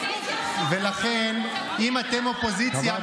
אם אתם אופוזיציה,